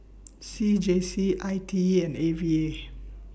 C J C I T E and A V A